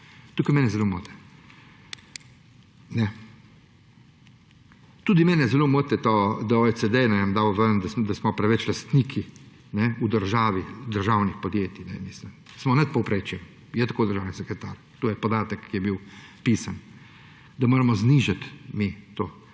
Tukaj mene zelo moti. Tudi mene zelo moti to, da je OECD dal ven, da smo preveč lastniki v državi, v državnih podjetjih. Mislim, smo nad povprečjem. Je tako, državni sekretar? To je podatek, ki je bil pisan, da moramo znižati mi